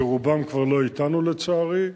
שרובם כבר לא אתנו, לצערי,